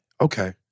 Okay